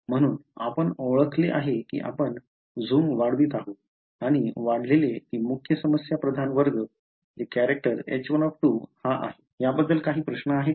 म्हणून आपण ओळखले आहे की आपण झूम वाढवित आहोत आणि आढळले की मुख्य समस्या प्रधान वर्ण H1 हा आहे याबद्दल काही प्रश्न आहे का